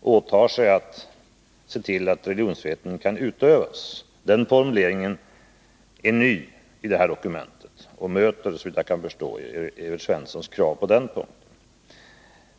åtar sig att se till att religionsfriheten kan utövas. Formuleringen härom är ny i detta dokument och tillfredsställer, såvitt jag förstår, Evert Svenssons krav på den här punkten.